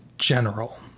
general